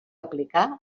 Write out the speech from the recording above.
aplicar